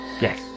Yes